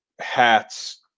hats